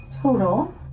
total